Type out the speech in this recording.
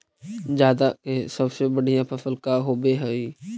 जादा के सबसे बढ़िया फसल का होवे हई?